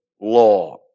law